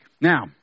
Now